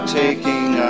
taking